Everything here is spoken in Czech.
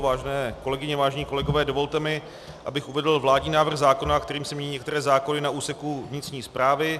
Vážené kolegyně, vážení kolegové, dovolte mi, abych uvedl vládní návrh zákona, kterým se mění některé zákony na úseku vnitřní správy.